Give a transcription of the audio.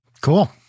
Cool